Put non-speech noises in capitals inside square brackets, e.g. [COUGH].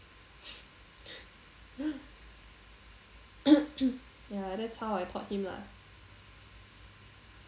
[COUGHS] ya that's how I thought him lah